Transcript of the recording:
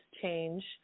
change